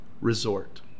resort